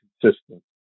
consistent